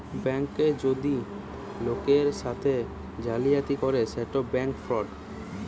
bank যদি লোকের সাথে জালিয়াতি করে সেটা ব্যাঙ্ক ফ্রড